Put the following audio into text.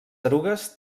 erugues